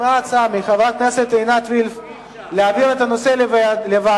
נשמעה הצעה מחברת הכנסת עינת וילף להעביר את הנושא לוועדה.